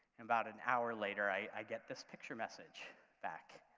about an hour later i get this picture message back,